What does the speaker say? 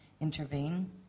intervene